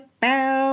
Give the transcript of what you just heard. bow